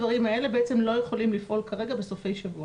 כל הדברים האלה לא יכולים לפעול כרגע בסופי שבוע.